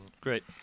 great